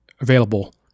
available